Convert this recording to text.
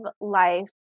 life